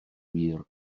wir